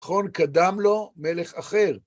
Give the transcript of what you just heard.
נכון, קדם לו מלך אחר.